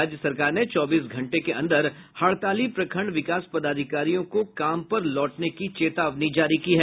राज्य सरकार ने चौबीस घंटे के अन्दर हड़ताली प्रखंड विकास पदाधिकारियों को काम पर लौटने की चेतावनी जारी की है